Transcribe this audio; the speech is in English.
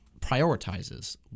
prioritizes